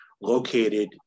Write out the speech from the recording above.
located